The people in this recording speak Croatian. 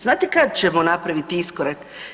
Znate kada ćemo napraviti iskorak?